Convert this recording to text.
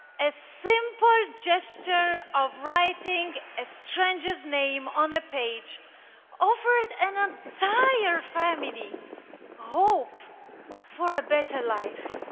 a simple gesture of writing a stranger's name on a page offered an um so entire family hope for a better life.